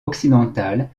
occidentale